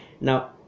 now